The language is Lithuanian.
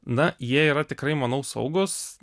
na jie yra tikrai manau saugūs